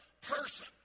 person